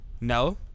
No